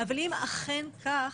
אבל אם אכן כך,